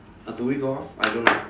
uh do we go off I don't know